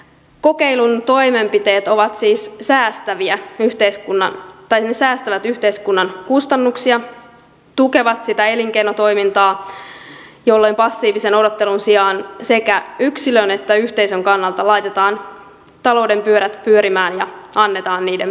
kokeilun toimenpiteet ovat siis säästäviä yhteiskunnan tai he säästävät yhteiskunnan kustannuksia tukevat sitä elinkeinotoimintaa jolloin passiivisen odottelun sijaan sekä yksilön että yhteisön kannalta laitetaan talouden pyörät pyörimään ja annetaan niiden pyöriä